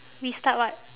restart what